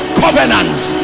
covenants